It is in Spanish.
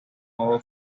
agua